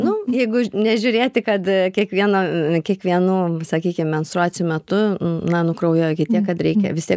nu jeigu ž nežiūrėti kad kiekvieną kiekvienų sakykim menstruacijų metu na nukraujuoja iki tiek kad reikia vistiek